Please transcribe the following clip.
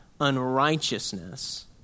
unrighteousness